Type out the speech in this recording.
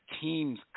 teams